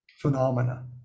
phenomena